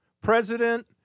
President